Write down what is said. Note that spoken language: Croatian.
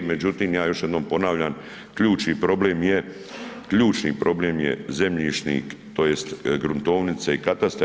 Međutim, ja još jednom ponavljam ključni problem je, ključni problem je zemljišnih tj. gruntovnice i katastar.